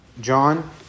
John